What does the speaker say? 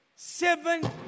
Seven